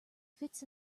fits